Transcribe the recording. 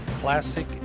classic